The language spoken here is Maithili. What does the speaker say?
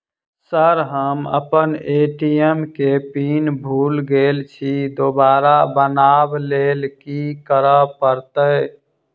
सर हम अप्पन ए.टी.एम केँ पिन भूल गेल छी दोबारा बनाब लैल की करऽ परतै?